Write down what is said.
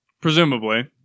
Presumably